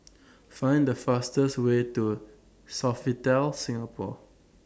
Find The fastest Way to Sofitel Singapore